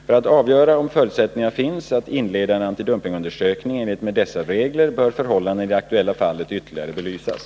För att avgöra om förutsättningar finns att inleda en antidumpingundersökning i enlighet med dessa regler bör förhållandena i det aktuella fallet ytterligare belysas.